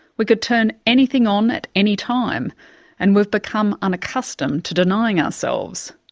we could turn anything on at any time and we've become unaccustomed to denying ourselves.